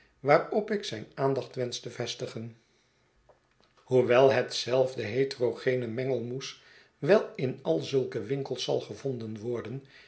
waarop ik zijn aandacht wensch te vestigen hoewel hetzelfde heterogene mengelmoes wel in al zulke winkels zal gevonden worden